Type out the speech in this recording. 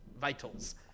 vitals